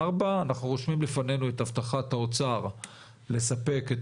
שאנחנו רושמים בפנינו את הבטחת האוצר לספק את